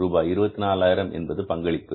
ரூபாய் 24000 என்பது பங்களிப்பு